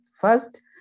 first